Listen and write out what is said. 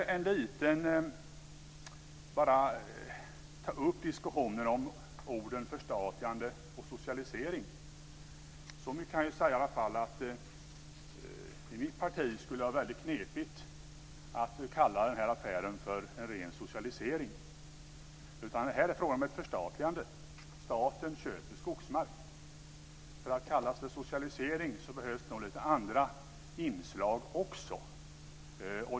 Jag ska bara ta upp diskussionen om orden "förstatligande" och "socialisering". Så mycket kan jag i alla fall säga att i mitt parti skulle det vara väldigt knepigt att kalla den här affären för en ren socialisering. Det här är en fråga om ett förstatligande. Staten köper skogsmark. För att det ska kallas för socialisering behövs det nog lite andra inslag också.